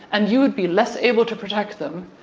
and you would be less able to protect them,